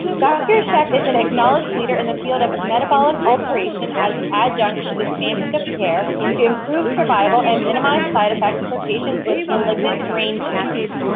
dr. scheck is an acknowledged leader in the field of metabolic alteration as an adjunct to the standard of care to improve survival and minimize side effects for patients with malignant brain tumors.